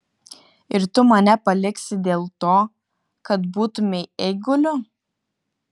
ir tu mane paliksi dėl to kad būtumei eiguliu